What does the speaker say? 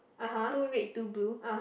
two red two blue